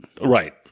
Right